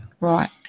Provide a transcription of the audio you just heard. Right